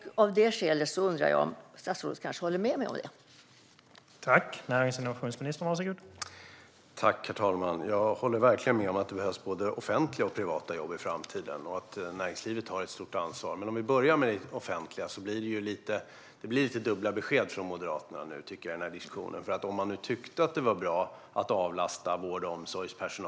Jag undrar om statsrådet kanske håller med mig om detta.